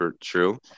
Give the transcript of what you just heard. true